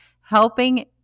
helping